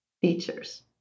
features